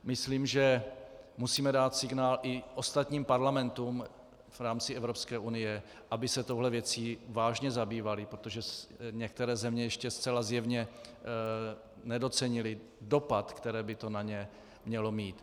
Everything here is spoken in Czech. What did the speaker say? Myslím, že musíme dát signál i ostatním parlamentům v rámci Evropské unie, aby se touhle věcí vážně zabývaly, protože některé země ještě zcela zjevně nedocenily dopad, který by to ně mělo mít.